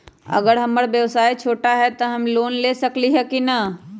अगर हमर व्यवसाय छोटा है त हम लोन ले सकईछी की न?